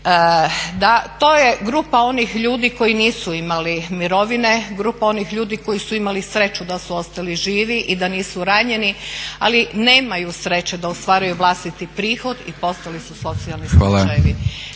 Da, to je grupa onih ljudi koji nisu imali mirovine, grupa onih ljudi koji su imali sreću da su ostali živi i da nisu ranjeni ali nemaju sreće da ostvaruju vlastiti prihod i postali su socijalni slučajevi.